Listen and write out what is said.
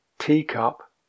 teacup